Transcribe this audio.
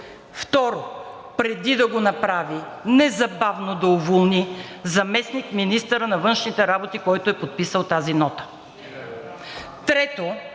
Второ, преди да го направи, незабавно да уволни заместник министъра на външните работи, който е подписал тази нота. Трето,